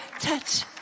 touch